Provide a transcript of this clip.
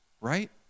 right